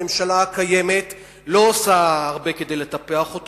הממשלה הקיימת לא עושה הרבה כדי לטפח אותו